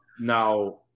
Now